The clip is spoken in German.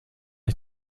ich